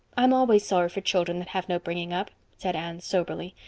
i'm always sorry for children that have no bringing up, said anne soberly.